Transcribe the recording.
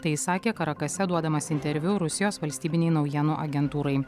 tai jis sakė karakase duodamas interviu rusijos valstybinei naujienų agentūrai